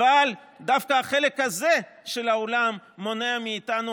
אבל דווקא החלק הזה של האולם מונע מאיתנו